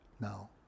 now